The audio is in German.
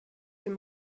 dem